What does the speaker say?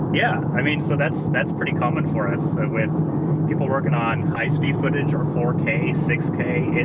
yeah. i mean, so that's that's pretty common for us. with people working on high-speed footage or four k, six k,